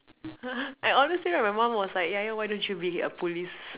!huh! I honestly right my mom was like ya ya why don't you be a police